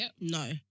No